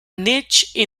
niche